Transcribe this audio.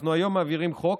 אנחנו היום מעבירים חוק